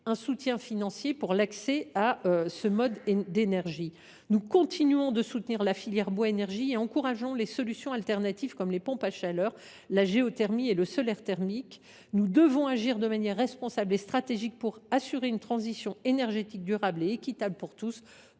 une aide financière pour l’accès à ce mode d’énergie. Nous continuons de soutenir la filière bois énergie et encourageons les solutions de substitution comme les pompes à chaleur, la géothermie et le solaire thermique. Nous devons agir de manière responsable et stratégique pour assurer une transition énergétique durable et équitable pour tous,